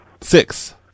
six